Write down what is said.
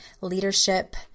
leadership